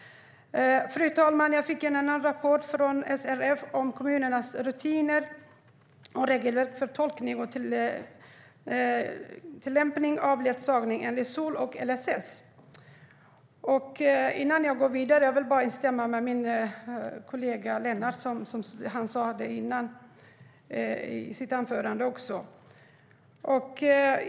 Fru talman! Jag fick en annan rapport från SRF om kommunernas rutiner och regelverk för tolkning och tillämpning av ledsagning enligt SoL och LSS. Innan jag går vidare vill jag instämma i det som min kollega Lennart sade i sitt anförande.